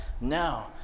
now